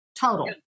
total